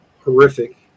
horrific